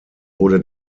wurde